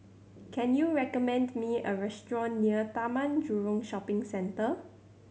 can you recommend me a restaurant near Taman Jurong Shopping Centre